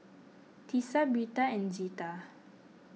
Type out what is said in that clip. Tisa Birtha and Zita